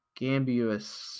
Gambus